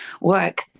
work